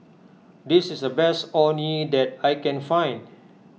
this is the best Orh Nee that I can find